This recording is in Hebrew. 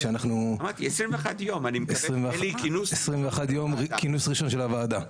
21 יום כינוס ראשון של הוועדה.